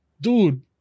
Dude